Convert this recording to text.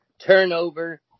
turnover